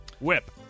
Whip